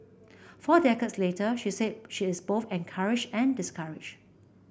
four decades later she said she is both encouraged and discouraged